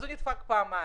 אז הוא נדפק פעמיים.